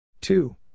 two